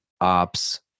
ops